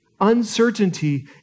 Uncertainty